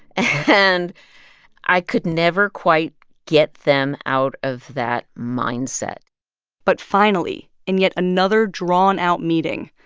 and i could never quite get them out of that mindset but finally, in yet another drawn-out meeting,